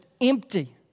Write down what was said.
empty